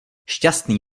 šťastný